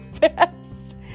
best